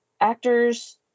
actors